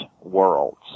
worlds